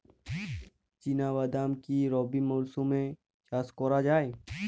চিনা বাদাম কি রবি মরশুমে চাষ করা যায়?